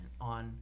on